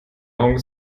augen